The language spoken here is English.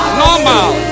normal